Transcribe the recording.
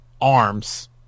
ARMS